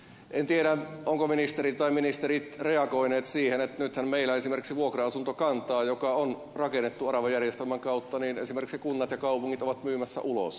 en tiedä ovatko ministeri tai ministerit reagoineet siihen että nythän meillä vuokra asuntokantaa joka on rakennettu aravajärjestelmän kautta esimerkiksi kunnat ja kaupungit ovat myymässä ulos